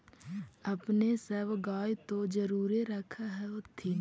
अपने सब गाय तो जरुरे रख होत्थिन?